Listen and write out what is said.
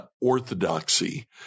orthodoxy